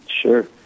sure